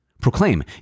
Proclaim